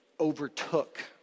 overtook